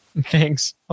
Thanks